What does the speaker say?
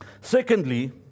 Secondly